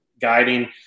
guiding